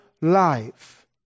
life